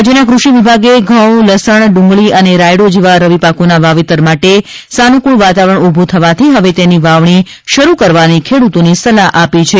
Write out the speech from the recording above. રાજ્યના કૃષિ વિભાગે ઘઉં લસણ ડુંગળી અને રાયડો જેવા રવિ પાકોના વાવેતર માટે સાનુક્રળ વાતાવરણ ઉભુ થવાથી હવે તેની વાવણી શરુ કરવાની ખેડૂતોને સલાહ આપી છે